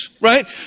right